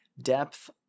depth